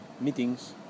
meetings